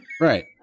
Right